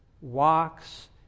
walks